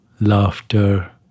laughter